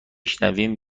شنویم